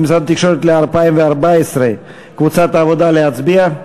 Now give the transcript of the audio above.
לשנת 2014. קבוצת העבודה, להצביע?